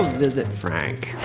visit frank